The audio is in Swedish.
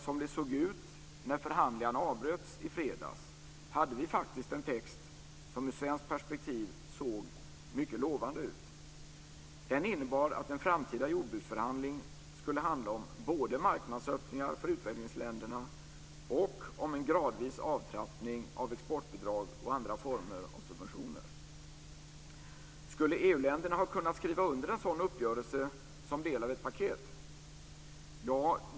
Som det såg ut när förhandlingarna avbröts i fredags hade vi faktiskt en text som ur svenskt perspektiv såg mycket lovande ut. Den innebar att en framtida jordbruksförhandling skulle handla om både marknadsöppningar för utvecklingsländerna och en gradvis avtrappning av exportbidrag och andra former av subventioner. Skulle EU-länderna ha kunnat skriva under en sådan uppgörelse som del av ett paket?